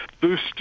boost